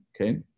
okay